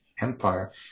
Empire